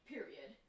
Period